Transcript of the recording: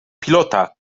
pilota